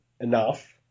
enough